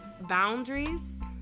boundaries